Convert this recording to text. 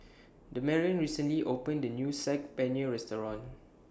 Damarion recently opened A New Saag Paneer Restaurant